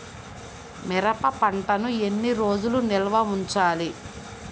మిరప పంటను ఎన్ని రోజులు నిల్వ ఉంచాలి?